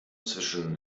zwischen